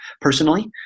personally